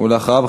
ואחריו,